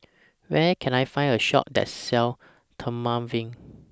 Where Can I Find A Shop that sells Dermaveen